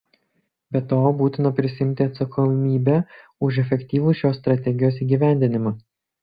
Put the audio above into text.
be to būtina prisiimti atsakomybę už efektyvų šios strategijos įgyvendinimą